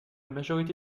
majorité